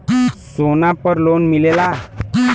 सोना पर लोन मिलेला?